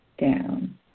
down